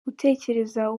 gutekereza